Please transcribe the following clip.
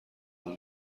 اون